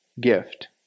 gift